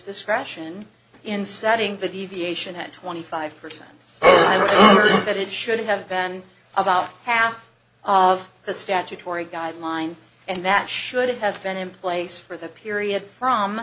discretion in setting the deviation at twenty five percent that it should have been about half of the statutory guidelines and that should have been in place for the period from